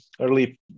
early